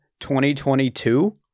2022